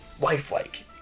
lifelike